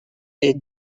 est